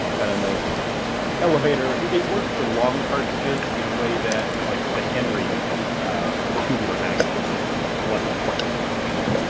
and a nice elevator. it worked for long cartridges in a way that, like, the henry tubular magazine system wasn't quite so efficient.